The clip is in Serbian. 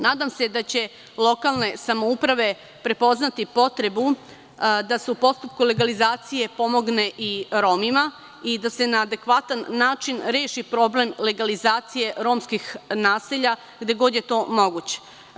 Nadam se da će lokalne samouprave prepoznati potrebu da se u postupku legalizacije pomogne i Romima i da se na adekvatan način reši problem legalizacije romskih naselja gde god je to moguće.